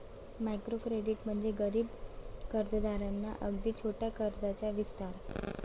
micro credit म्हणजे गरीब कर्जदारांना अगदी छोट्या कर्जाचा विस्तार